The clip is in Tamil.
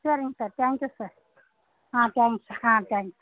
சரிங்க சார் தேங்க் யூ சார் ஆ தேங்க்ஸ் ஆ தேங்க்ஸ்